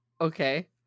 okay